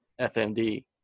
FMD